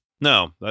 No